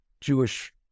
Jewish